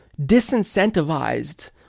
disincentivized